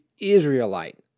Israelite